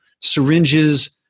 syringes